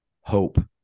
hope